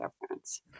difference